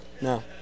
no